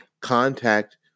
contact